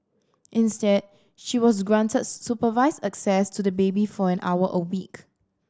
instead she was granted supervised access to the baby for an hour a week